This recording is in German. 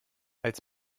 als